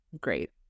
great